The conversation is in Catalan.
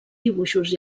dibuixos